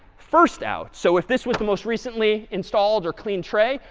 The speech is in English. first out. so if this was the most recently installed or clean tray,